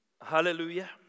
Hallelujah